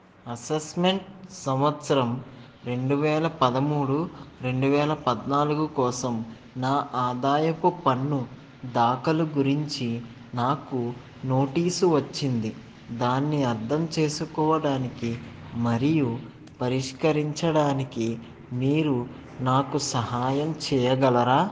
assessment సంవత్సరం రెండు వేల పదమూడు రెండు వేల పద్నాలుగు కోసం నా ఆదాయపు పన్ను దాఖలు గురించి నాకు నోటీసు వచ్చింది దాన్ని అర్థం చేసుకోవడానికి మరియు పరిష్కరించడానికి మీరు నాకు సహాయం చేయగలరా